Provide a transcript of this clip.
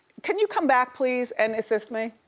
can you come back please and assist me?